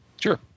Sure